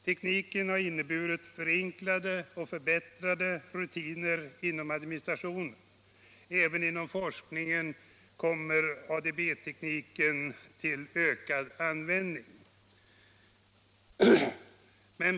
Tekniken har inneburit förenklade och förbättrade rutiner inom administrationen. Även inom forskningen kommer ADB tekniken till ökad användning.